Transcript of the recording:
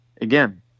again